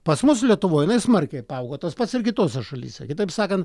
pas mus lietuvoj jinai smarkiai paaugo tas pats ir kitose šalyse kitaip sakant